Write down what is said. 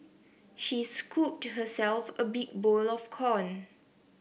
she scooped herself a big bowl of corn